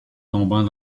tombant